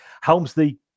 Helmsley